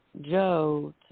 Joe